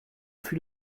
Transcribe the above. fut